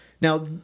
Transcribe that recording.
Now